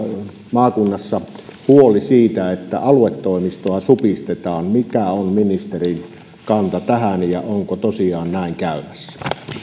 maakunnassa huoli siitä että aluetoimistoa supistetaan mikä on ministerin kanta tähän onko tosiaan näin käymässä